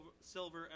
silver